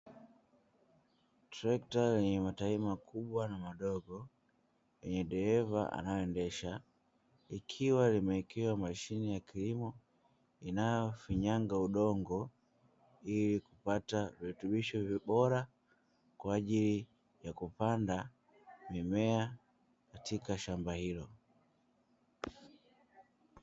Trekta lenye matairi makubwa na madogo, lenye dereva anayeendesha, likiwa limewekewa mashine ya kilimo, inayofinyanga udongo, ili kupata virutubusho vilivyo bora kwa ajili ya kupanda mimea katika shamba hilo.